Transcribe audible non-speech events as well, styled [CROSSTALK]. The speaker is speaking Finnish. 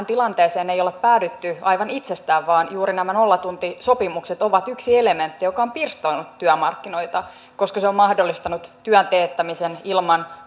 [UNINTELLIGIBLE] tilanteeseen ei olla päädytty aivan itsestään vaan juuri nämä nollatuntisopimukset ovat yksi elementti joka on pirstonut työmarkkinoita koska se on mahdollistanut työn teettämisen ilman [UNINTELLIGIBLE]